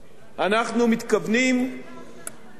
אנחנו מתכוונים להביא